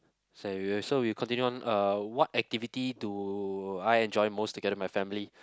s~ so you continue on uh what activity do I enjoy most together with my family